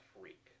freak